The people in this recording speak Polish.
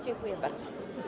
Dziękuję bardzo.